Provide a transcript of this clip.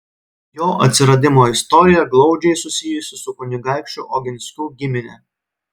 jo atsiradimo istorija glaudžiai susijusi su kunigaikščių oginskių gimine